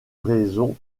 raison